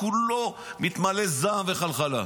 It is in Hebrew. כולו מתמלא זעם וחלחלה,